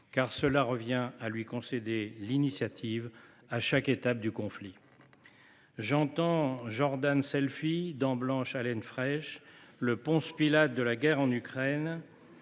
car cela revient à lui concéder l’initiative à chaque étape du conflit. J’entends « Jordan Selfie », dents blanches, haleine fraîche, le Ponce Pilate de la guerre en Ukraine,…